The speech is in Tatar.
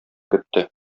көтте